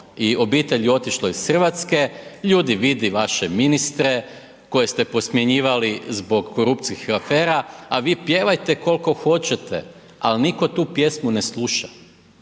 i obitelji otišlo iz RH, ljudi vidi vaše ministre koje ste po smjenjivali zbog korupcijskih afera, a vi pjevajte kolko hoćete, al nitko tu pjesmu ne sluša.